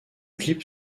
clip